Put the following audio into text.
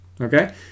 Okay